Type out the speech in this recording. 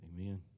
Amen